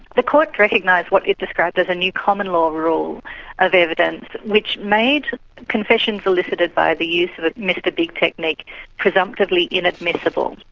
the court recognised what it described as a new common law rule of evidence, which made confessions elicited by the use of the mr big technique presumptively inadmissible.